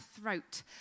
throat